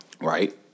right